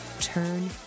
Turn